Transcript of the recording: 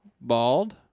bald